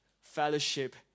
fellowship